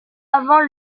avant